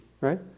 right